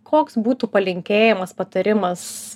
koks būtų palinkėjimas patarimas